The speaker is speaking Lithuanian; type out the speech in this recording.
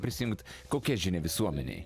prisijungt kokia žinia visuomenei